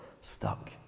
stuck